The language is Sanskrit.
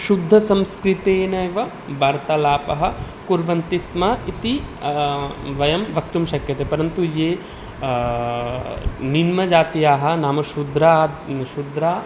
शुद्धसंस्कृतेनैव वार्तालापं कुर्वन्ति स्म इति वयं वक्तुं शक्यते परन्तु ये निम्नजात्याः नाम शूद्राः शूद्राः